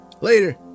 Later